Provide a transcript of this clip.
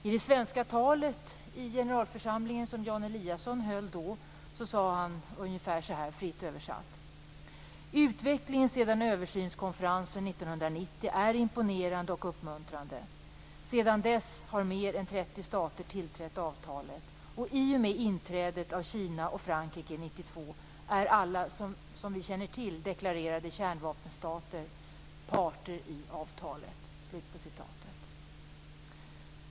I det svenska talet i generalförsamlingen som Jan Eliasson höll då sade han ungefär så här, fritt översatt: Utvecklingen sedan översynskonferensen 1990 är imponerande och uppmuntrande. Sedan dess har mer än 30 stater tillträtt avtalet. I och med inträdet av Kina och Frankrike 1992 är alla, som vi känner till, deklarerade kärnvapenstater parter i avtalet.